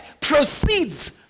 proceeds